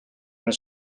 naar